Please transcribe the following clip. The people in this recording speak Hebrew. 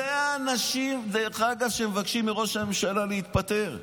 אלה האנשים שמבקשים מראש הממשלה להתפטר עכשיו,